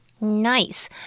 Nice